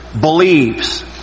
believes